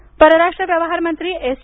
जयशंकर परराष्ट्र व्यवहारमंत्री एस